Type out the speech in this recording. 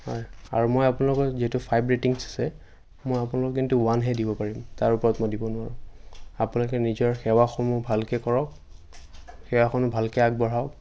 হয় আৰু মই আপোনালোকৰ যিহেতু ফাইভ ৰেটিংচ্ আছে মই আপোনালোকক কিন্তু ওৱানহে দিব পাৰিম তাৰ ওপৰত মই দিব নোৱাৰোঁ আপোনালোকে নিজৰ সেৱাসমূহ ভালকৈ কৰক সেৱাখন ভালকৈ আগবঢ়াওক